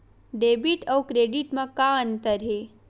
Debit अउ credit म का अंतर हे?